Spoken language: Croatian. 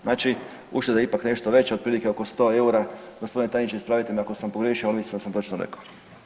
Znači ušteda je ipak nešto veća otprilike oko 100 eura, gospodine tajniče ispravite me ako sam pogriješio, ali mislim da sam točno rekao.